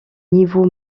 niveau